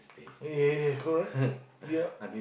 ya correct yup